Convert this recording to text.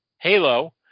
Halo